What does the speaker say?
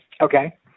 Okay